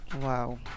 Wow